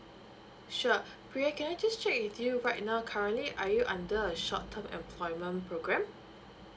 sure pria can I just check with you right now currently are you under a short term employment program